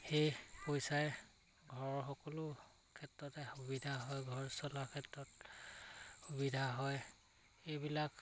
সেই পইচাই ঘৰৰ সকলো ক্ষেত্ৰতে সুবিধা হয় ঘৰ চলোৱাৰ ক্ষেত্ৰত সুবিধা হয় এইবিলাক